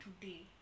today